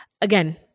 Again